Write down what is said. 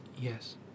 Yes